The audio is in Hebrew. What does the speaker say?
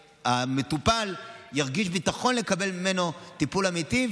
שהמטופל ירגיש ביטחון לקבל ממנו טיפול אמיתי,